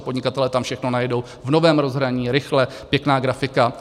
Podnikatelé tam všechno najdou, v novém rozhraní, rychle, pěkná grafika.